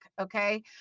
okay